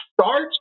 start